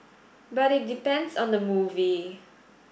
but it depends on the movie